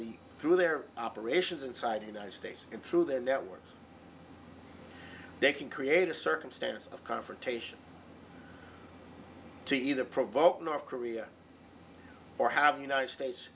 the through their operations inside united states and through their networks they can create a circumstance of confrontation to either provoke north korea or have the united states